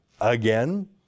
again